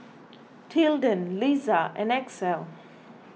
Tilden Liza and Axel